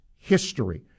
history